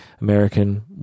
American